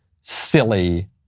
silly